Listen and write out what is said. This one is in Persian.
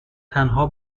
تنها